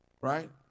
Right